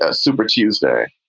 ah super tuesday,